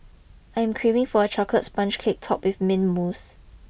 I am craving for a chocolate sponge cake topped with mint mousse